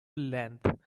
length